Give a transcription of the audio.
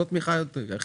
זאת תמיכה עקיפה.